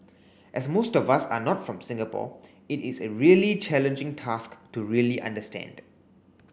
as most of us are not from Singapore it is a really challenging task to really understand